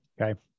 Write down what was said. Okay